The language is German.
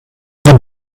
dem